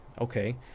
okay